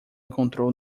encontrou